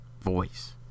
voice